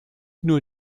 nur